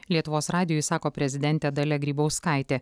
lietuvos radijui sako prezidentė dalia grybauskaitė